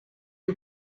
you